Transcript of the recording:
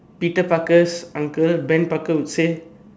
Peter-Parker's uncle Ben-Parker would say